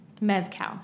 Mezcal